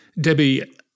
Debbie